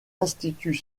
institut